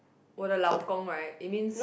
我的老公 right it means